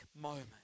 moment